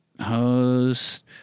Host